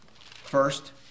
First